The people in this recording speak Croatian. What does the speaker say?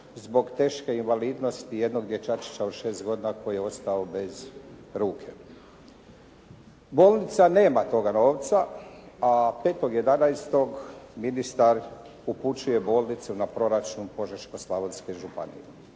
zbog teške invalidnosti jednog dječačića od šest godina koji je ostao bez ruke. Bolnica nema toga novca a 5.11. ministar upućuje bolnicu na proračun Požeško-slavonske županije.